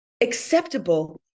acceptable